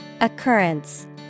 Occurrence